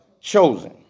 chosen